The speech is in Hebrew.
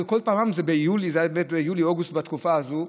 כל פעם זה ביולי, זה ביולי-אוגוסט, בתקופה הזאת,